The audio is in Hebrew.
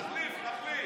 נחליף, נחליף.